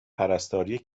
پرستاری